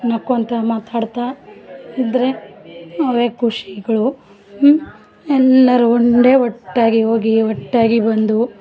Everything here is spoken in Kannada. ನಕ್ಕೊತ ಮಾತಾಡ್ತಾ ಇದ್ರೆ ಅವೇ ಖುಷಿಗಳು ಎಲ್ಲರು ಒಂದೇ ಒಟ್ಟಾಗಿ ಹೋಗಿ ಒಟ್ಟಾಗಿ ಬಂದು